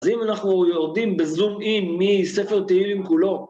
אז אם אנחנו יורדים בזום אין מספר תהילים כולו,